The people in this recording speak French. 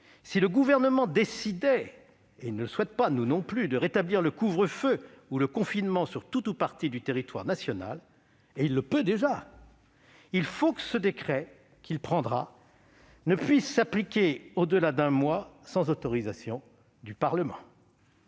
si le Gouvernement décidait- il ne le souhaite pas, et nous non plus -de rétablir le couvre-feu ou le confinement sur tout ou partie du territoire national- et il le peut déjà !-, il faudrait que le décret qu'il prendra ne puisse s'appliquer au-delà d'un mois sans autorisation du Parlement.